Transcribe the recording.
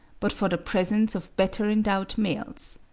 but for the presence of better endowed males.